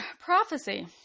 prophecy